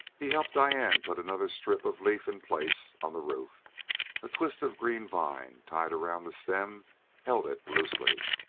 he helped diane put another strip of leaf in place on the roof a twist of green vine tied around the stem held it loosely.